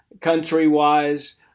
country-wise